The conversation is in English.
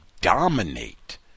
dominate